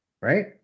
right